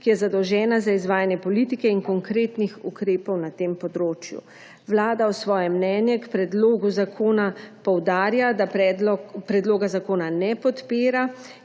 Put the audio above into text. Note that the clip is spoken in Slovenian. ki je zadolžena za izvajanje politike in konkretnih ukrepov na tem področju. Vlada v svojem mnenju k predlogu zakona poudarja, da predloga zakona ne podpira